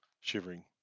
shivering